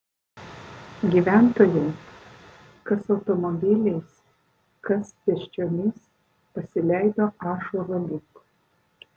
gyventojai kas automobiliais kas pėsčiomis pasileido ąžuolo link